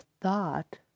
thought